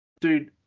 dude